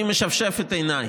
אני משפשף את עיניי,